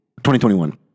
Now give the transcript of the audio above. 2021